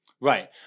Right